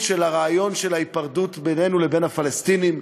של הרעיון של ההיפרדות בינינו לפלסטינים,